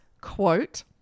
quote